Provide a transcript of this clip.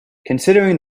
considering